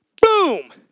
boom